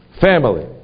family